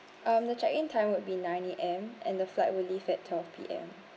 um the check in time would be nine A_M and the flight will leave at twelve P_M